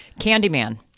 Candyman